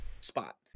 spot